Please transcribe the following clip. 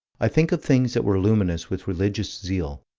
i think of things that were luminous with religious zeal,